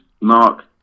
Mark